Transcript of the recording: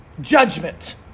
judgment